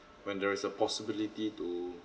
when there is a possibility to